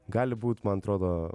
gali būt man atrodo